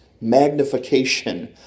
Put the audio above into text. magnification